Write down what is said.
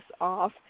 off